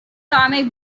comic